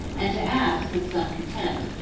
and to ask, with some contempt,